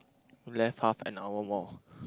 left half an hour more